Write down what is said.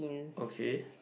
okay